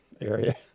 area